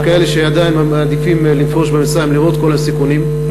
יש כאלה שעדיין מעדיפים לנפוש במצרים למרות כל הסיכונים,